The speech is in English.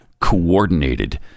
coordinated